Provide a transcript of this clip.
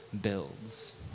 builds